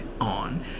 on